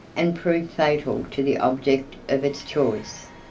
and prove fatal to the object of its choice.